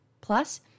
Plus